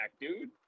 dude